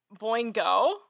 Boingo